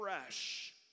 fresh